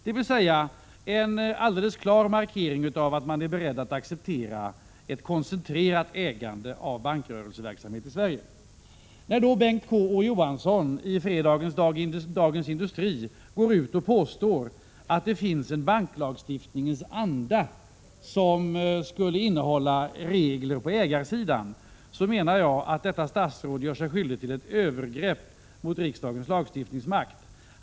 Detta är således en alldeles klar markering av att man är beredd att acceptera ett koncentrerat ägande av bankrörelseverksamhet i Sverige. När då Bengt K. Å. Johansson i fredagens Dagens Industri går ut och påstår att det finns en banklagstiftningens anda som tar sig uttryck i regler på ägarsidan, menar jag att detta statsråd gör sig skyldig till övergrepp mot riksdagens lagstiftningsmakt.